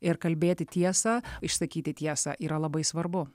ir kalbėti tiesą išsakyti tiesą yra labai svarbu